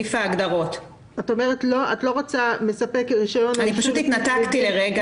את לא רוצה שייכתב "מספק רישיון או אישור לפי דין